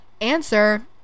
answer